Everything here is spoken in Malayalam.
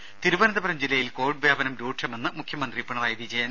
ത തിരുവനന്തപുരം ജില്ലയിൽ കോവിഡ് വ്യാപനം രൂക്ഷമെന്ന് മുഖ്യമന്ത്രി പിണറായി വിജയൻ